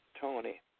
Tony